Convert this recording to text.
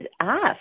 ask